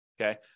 Okay